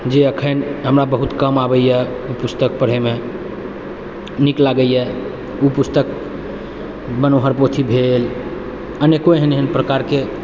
जे एखैन हमरा बहुत काम आबैए उऽ पुस्तक पढ़ैमे नीक लागैए उऽ पुस्तक मनोहर पोथी भेल अनेको एहन एहन प्रकारके